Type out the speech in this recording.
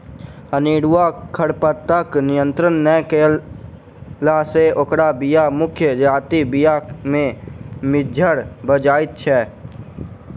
अनेरूआ खरपातक नियंत्रण नै कयला सॅ ओकर बीया मुख्य जजातिक बीया मे मिज्झर भ जाइत छै